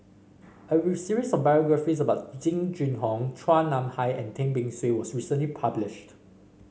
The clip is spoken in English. a series of biographies about Jing Jun Hong Chua Nam Hai and Tan Beng Swee was recently published